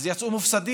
אז הם יצאו מופסדים.